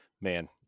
Man